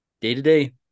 Day-to-day